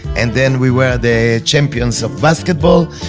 and then we were the champions of basketball,